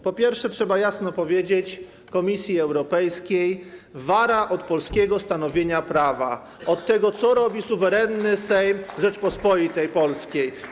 Po pierwsze, trzeba jasno powiedzieć Komisji Europejskiej: Wara od polskiego stanowienia prawa, od tego, co robi suwerenny Sejm Rzeczypospolitej Polskiej.